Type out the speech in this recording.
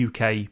UK